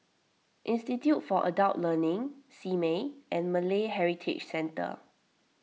Institute for Adult Learning Simei and Malay Heritage Centre